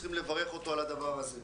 צריכים לברך אותו על הדבר הזה.